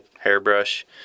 hairbrush